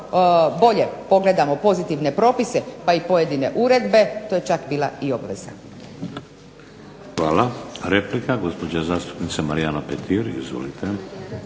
bolje pogledamo pozitivne propise pa i pojedine uredbe to je čak bila i obveza. **Šeks, Vladimir (HDZ)** Hvala. Replika, gospođa zastupnica Marijana Petir. Izvolite.